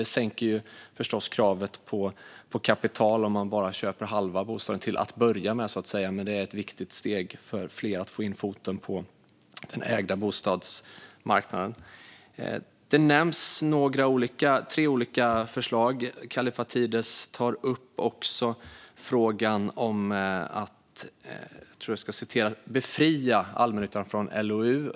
Det sänker förstås kravet på att ha kapital om man till att börja med köper bara halva bostaden. Det är ett viktigt steg för att fler ska få in en fot på den ägda bostadsmarknaden. Tre olika förslag nämns. Kallifatides tar också upp att man ska så att säga befria allmännyttan från LOU.